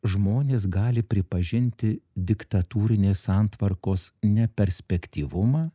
žmonės gali pripažinti diktatūrinės santvarkos neperspektyvumą